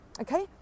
Okay